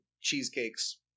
cheesecakes